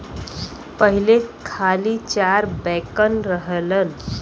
पहिले खाली चार बैंकन रहलन